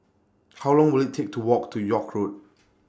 How Long Will IT Take to Walk to York Road